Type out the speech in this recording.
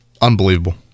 unbelievable